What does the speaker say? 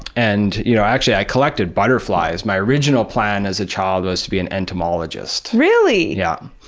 and you know actually, i collected butterflies, my original plan as a child was to be an entomologist. really? yeah.